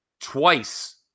twice